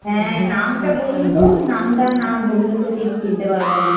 হ্যাঁ নামটা বলুন তো নামটা না বললে তো ঠিক চিনতে পারবো না